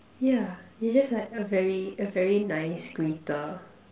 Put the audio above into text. ya you're just like a very a very nice greeter